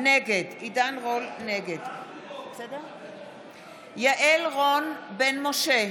נגד יעל רון בן משה,